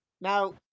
Now